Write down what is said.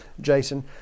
Jason